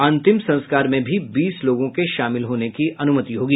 अंतिम संस्कार में भी बीस लोगों के शामिल होने की अनुमति होगी